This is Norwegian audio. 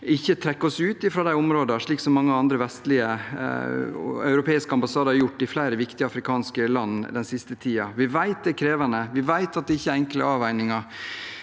ikke trekker oss ut fra disse områdene, slik mange andre europeiske ambassader har gjort i flere viktige afrikanske land den siste tiden. Vi vet at det er krevende, vi vet at det ikke er enkle avveininger,